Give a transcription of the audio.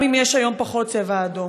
גם אם יש היום פחות "צבע אדום".